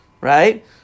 right